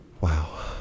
Wow